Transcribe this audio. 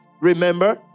remember